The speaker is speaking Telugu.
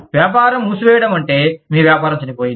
వ్యాపారం మూసివేయడం అంటే మీ వ్యాపారం చనిపోయింది